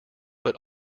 but